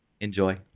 Enjoy